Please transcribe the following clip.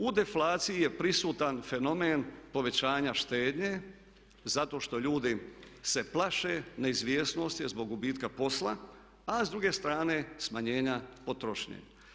U deflaciji je prisutan fenomen povećanja štednje zato što ljudi se plaše neizvjesnosti zbog gubitka posla, a s druge strane smanjenja potrošnje.